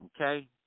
okay